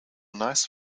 nice